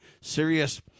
serious